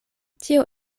tio